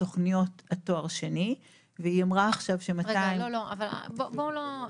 בתוכניות התואר השני והיא אמרה עכשיו ש-200 -- אבל בואו לא,